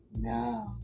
No